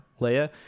Leia